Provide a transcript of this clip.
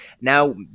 Now